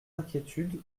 inquiétudes